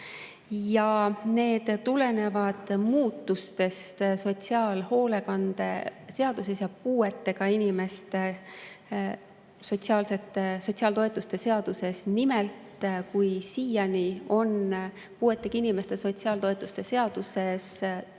Need tulenevad muudatustest sotsiaalhoolekande seaduses ja puuetega inimeste sotsiaaltoetuste seaduses. Nimelt, siiani on puuetega inimeste sotsiaaltoetuste seaduses olnud